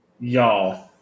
y'all